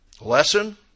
Lesson